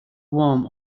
warm